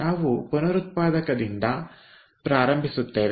ನಾವು ಪುನರುತ್ಪಾದಕದಿಂದ ಪ್ರಾರಂಭಿಸುತ್ತೇವೆ